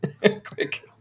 quick